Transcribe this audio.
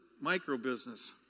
micro-business